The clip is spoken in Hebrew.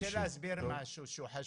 אני רוצה להסביר משהו שהוא חשוב,